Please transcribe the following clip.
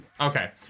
Okay